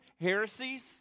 heresies